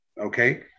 Okay